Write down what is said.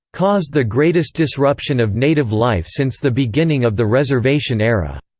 caused the greatest disruption of native life since the beginning of the reservation era,